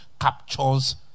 captures